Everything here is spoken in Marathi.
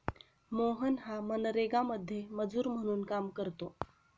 मोहन हा मनरेगामध्ये मजूर म्हणून काम करतो